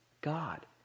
God